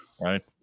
right